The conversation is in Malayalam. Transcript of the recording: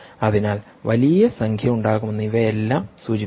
അതിനാൽ വലിയ സംഖ്യയുണ്ടാകുമെന്ന് ഇവയെല്ലാം സൂചിപ്പിക്കുന്നു